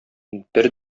бер